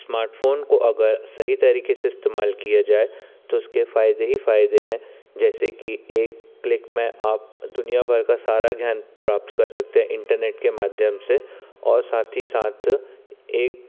smartphone को अगर सही तरीके से इस्तेमाल किया जाए तो उसके फायदे ही फायदे हैं जैसे कि एक क्लिक में आप दुनिया भर का सारा ज्ञान प्राप्त कर सकते हैं इंटरनेट के माध्यम से और साथ ही साथ एक